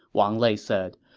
wang lei said.